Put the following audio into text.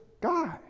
guy